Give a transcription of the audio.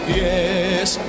yes